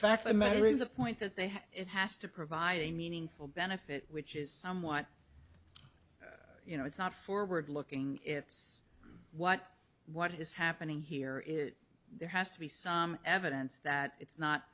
fact that maybe the point that they have it has to provide a meaningful benefit which is somewhat you know it's not forward looking it's what what is happening here is there has to be some evidence that it's not